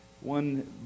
One